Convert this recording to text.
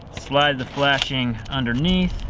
slide the flashing underneath.